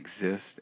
exist